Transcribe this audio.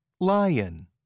Lion